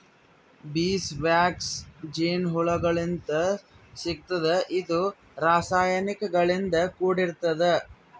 bees wax ಜೇನಹುಳಗೋಳಿಂತ್ ಸಿಗ್ತದ್ ಇದು ರಾಸಾಯನಿಕ್ ಗಳಿಂದ್ ಕೂಡಿರ್ತದ